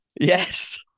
Yes